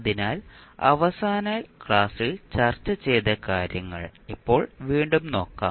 അതിനാൽ അവസാന ക്ലാസ്സിൽ ചർച്ച ചെയ്ത കാര്യങ്ങൾ ഇപ്പോൾ വീണ്ടും നോക്കാം